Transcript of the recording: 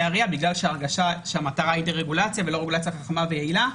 ה-RIA בגלל שהמטרה היא דה-רגולציה ולא רגולציה חכמה ויעילה.